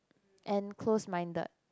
and close minded